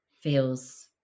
feels